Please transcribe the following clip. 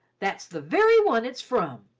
that's the very one it's from!